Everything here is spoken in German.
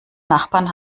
nachbarn